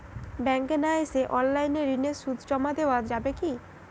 ব্যাংকে না এসে অনলাইনে ঋণের সুদ জমা দেওয়া যাবে কি?